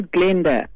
Glenda